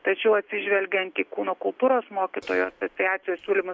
tačiau atsižvelgiant į kūno kultūros mokytojų asociacijos siūlymus